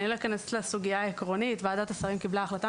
אני לא אכנס לסוגייה העקרונית ועדת השרים קיבלה החלטה,